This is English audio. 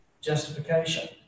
justification